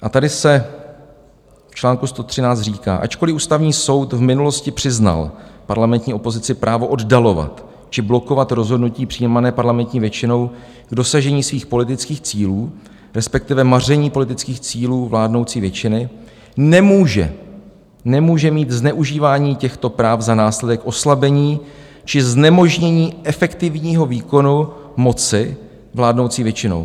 A tady se v čl. 113 říká: Ačkoliv Ústavní soud v minulosti přiznal parlamentní opozici právo oddalovat či blokovat rozhodnutí přijímané parlamentní většinou k dosažení svých politických cílů, resp. maření politických cílů vládnoucí většiny, nemůže nemůže mít zneužívání těchto práv za následek oslabení či znemožnění efektivního výkonu moci vládnoucí většinou.